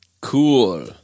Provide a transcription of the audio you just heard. Cool